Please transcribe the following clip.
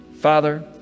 Father